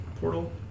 portal